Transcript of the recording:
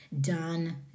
done